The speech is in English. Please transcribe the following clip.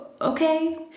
okay